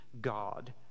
God